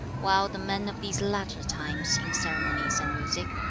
while the men of these latter times, in ceremonies and music,